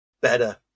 Better